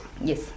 yes